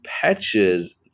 patches